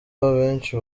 benshi